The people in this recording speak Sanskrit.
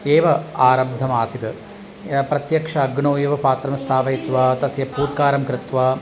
एव आरब्धम् आसीत् प्रत्यक्ष अग्नौ एव पात्रं स्थापयित्वा तस्य फुत्कारं कृत्वा